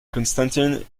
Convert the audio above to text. constantin